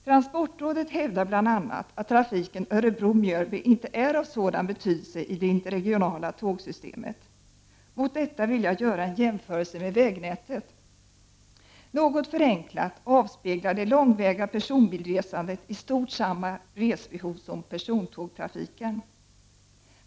Transportrådet hävdar bl.a. att trafiken Örebro-— Mjölby inte är av sådan betydelse i det interregionala tågsystemet. Mot detta vill jag göra en jämförelse med vägnätet. Något förenklat avspeglar det långväga personbilsresandet i stort samma resbehov som persontågtrafiken.